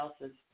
else's